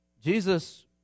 Jesus